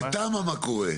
בתמ"א מה קורה?